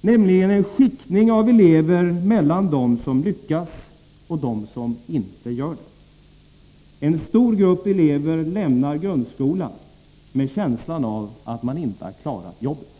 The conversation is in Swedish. nämligen en skiktning av elever mellan dem som lyckas och dem som inte gör det. En stor grupp elever lämnar grundskolan med känslan av att de inte har klarat jobbet.